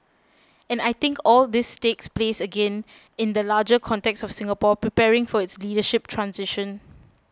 and I think all this takes place again in that larger context of Singapore preparing for its leadership transition